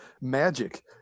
Magic